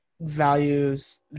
values